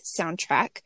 soundtrack